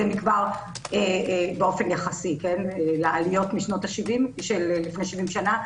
מכבר באופן יחסי לעליות לפני 70 שנה.